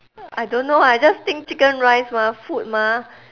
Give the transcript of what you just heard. I don't know I just think chicken rice mah food mah